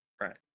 Right